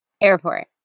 Airport